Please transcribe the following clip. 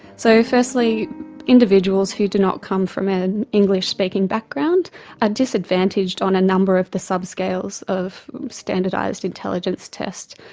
so firstly individuals who do not come from an english speaking background are disadvantaged on a number of the sub scales of standardised intelligence test.